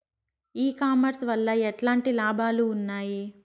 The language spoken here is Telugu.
ఈ కామర్స్ వల్ల ఎట్లాంటి లాభాలు ఉన్నాయి?